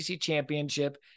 championship